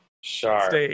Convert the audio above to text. shark